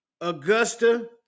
Augusta